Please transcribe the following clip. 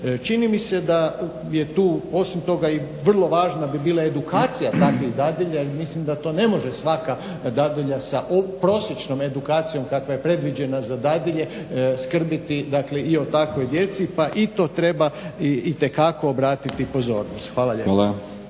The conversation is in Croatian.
Čini mi se da je tu osim toga i vrlo važna bi bila edukacija takvih dadilja jer mislim da to ne može svaka dadilja sa prosječnom edukacijom kakva je predviđena za dadilje skrbiti i o takvoj djeci pa i to treba itekako obratiti pozornost. Hvala lijepa.